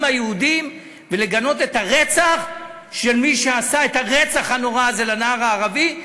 היהודים ולגנות את הרצח של מי שעשה את הרצח הנורא הזה של הנער הערבי,